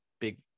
big